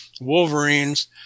wolverines